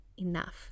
enough